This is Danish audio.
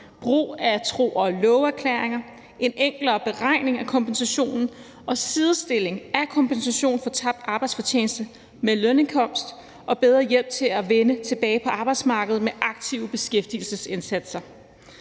brug af tro og love-erklæringer, en enklere beregning af kompensation, sidestilling af kompensation for tabt arbejdsfortjeneste med lønindkomst og bedre hjælp til at vende tilbage på arbejdsmarkedet med aktive beskæftigelsesindsatser.